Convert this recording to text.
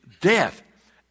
death